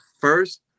first